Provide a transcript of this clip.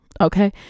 okay